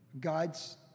God's